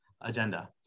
agenda